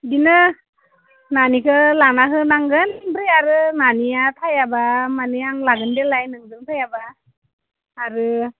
बिदिनो नानिखो लाना होनांगोन ओमफ्राय आरो नानिया थायाब्ला मानि आं लागोनदेलाय नोंजों फायाबा आरो